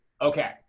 Okay